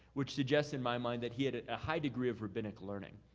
which suggests in my mind that he had a high degree of rabbinical learning.